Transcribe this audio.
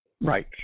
right